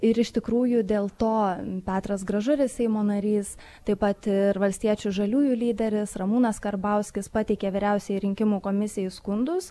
ir iš tikrųjų dėl to petras gražulis seimo narys taip pat ir valstiečių žaliųjų lyderis ramūnas karbauskis pateikė vyriausiajai rinkimų komisijai skundus